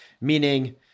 Meaning